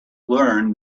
learn